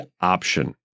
option